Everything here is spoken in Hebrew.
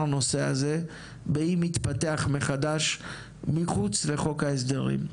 הנושא באם יתפתח מחדש מחוץ לחוק ההסדרים.